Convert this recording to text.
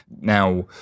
Now